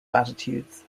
latitudes